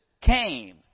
came